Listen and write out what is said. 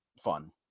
fun